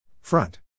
Front